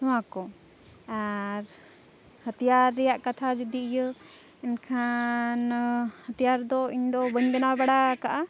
ᱱᱚᱣᱟᱠᱚ ᱟᱨ ᱦᱟᱛᱤᱭᱟᱨ ᱨᱮᱭᱟᱜ ᱠᱟᱛᱷᱟ ᱡᱩᱫᱤ ᱤᱭᱟᱹ ᱮᱱᱠᱷᱟᱱᱻ ᱦᱟᱛᱤᱭᱟᱨᱫᱚ ᱤᱧᱫᱚ ᱵᱟᱹᱧ ᱵᱮᱱᱟᱣ ᱵᱟᱲᱟᱣ ᱟᱠᱟᱫᱟ